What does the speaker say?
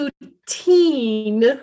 routine